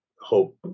hope